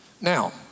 Now